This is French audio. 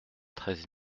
treize